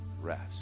rest